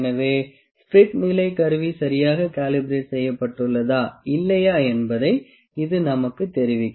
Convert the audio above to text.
எனவே ஸ்பிரிட் நிலை கருவி சரியாக காளிபரட் செய்யப்பட்டுள்ளதா இல்லையா என்பதை இது நமக்குத் தெரிவிக்கும்